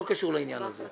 לא קשור לעניין הזה.